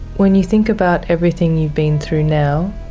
when you think about everything you've been through now,